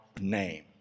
name